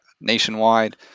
nationwide